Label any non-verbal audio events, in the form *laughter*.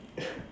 *breath*